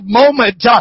moment